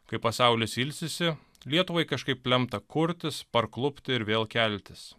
kai pasaulis ilsisi lietuvai kažkaip lemta kurtis parklupti ir vėl keltis